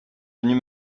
venus